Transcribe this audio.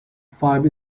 five